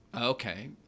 Okay